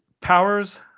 Powers